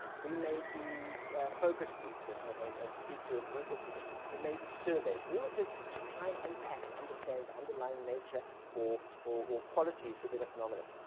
we may do focus groups and and and speak to a group of people. we may do surveys. all of this is to try and unpack and understand the underlying nature or or qualities within a phenomenon.